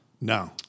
No